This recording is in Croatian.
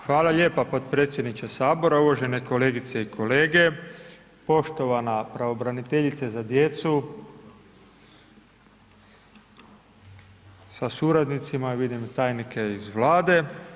Hvala lijepa potpredsjedniče Sabora, uvažene kolegice i kolege, poštovana pravobraniteljice za djecu sa suradnicima i vidim i tajnike iz Vlade.